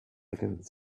against